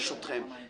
ברשותכם,